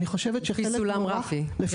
לפי סולם רפי, כן?